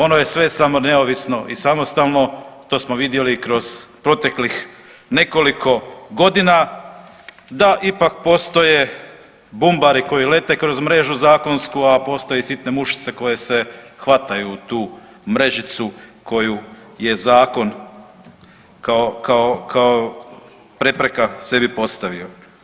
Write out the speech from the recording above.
Ono je sve samo ne neovisno i samostalno, to smo vidjeli kroz proteklih nekoliko godina da ipak postoje bumbari koji lete kroz mrežu zakonsku, a postoje i sitne mušice koje se hvataju tu mrežicu koju je zakon kao prepreka sebi postavio.